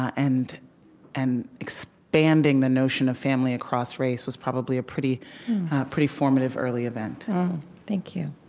and and expanding the notion of family across race was probably a pretty pretty formative early event thank you.